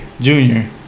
Junior